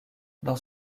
dans